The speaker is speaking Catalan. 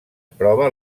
prova